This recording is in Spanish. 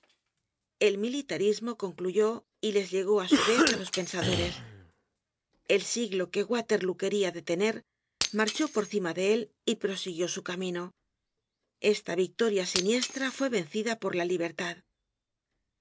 el militarismo concluyó y les llegó su vez á los pensadores el siglo que waterlóo quería detener marchó por cima de él y prosiguió su camino esta victoria siniestra fue vencida por la libertad